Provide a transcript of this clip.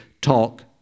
talk